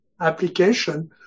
application